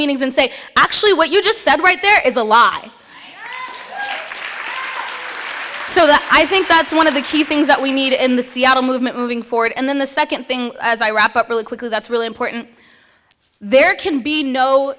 meetings and say actually what you just said right there is a law was so that i think that's one of the key things that we need in the seattle movement moving forward and then the second thing as i wrap up really quickly that's really important there can be no